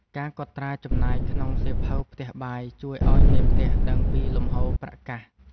ការកត់ត្រាចំណាយក្នុងសៀវភៅផ្ទះបាយ ជួយឱ្យមេផ្ទះដឹងពីលំហូរប្រាក់កាស។